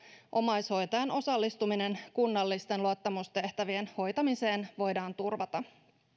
omaishoitajan osallistuminen kunnallisten luottamustehtävien hoitamiseen voidaan turvata